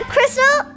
Crystal